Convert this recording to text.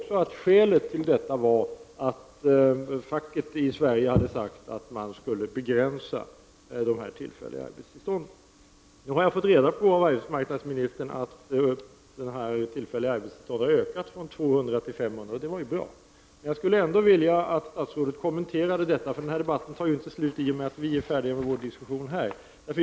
Skälet till detta lär vara att facket i Sverige har krävt att man skall begränsa de tillfälliga arbetstillstånden. Nu har arbetsmarknadsministern sagt att kvoten för tillfälliga arbetstagare har ökat från 200 till 500. Det är bra. Man jag skulle ändå vilja att statsrådet kommenterade detta. Den här debatten tar inte slut i och med att vi är färdiga med vår diskussion här.